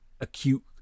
acute